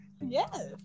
Yes